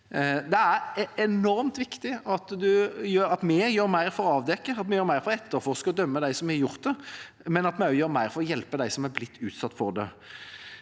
Det er enormt viktig at vi gjør mer for å avdekke, etterforske og dømme dem som har gjort det, men vi må også gjøre mer for å hjelpe dem som er blitt utsatt for det.